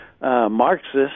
Marxist